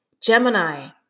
Gemini